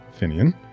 Finian